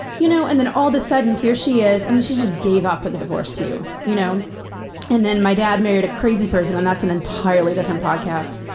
you know and then, all the sudden, here she is i mean, she just gave up in the divorce, too. you know and then my dad married a crazy person and that's an entirely different podcast.